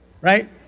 Right